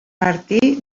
martí